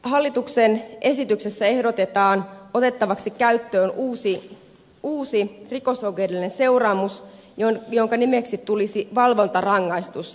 hallituksen esityksessä ehdotetaan otettavaksi käyttöön uusi rikosoikeudellinen seuraamus jonka nimeksi tulisi valvontarangaistus